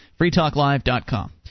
freetalklive.com